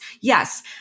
Yes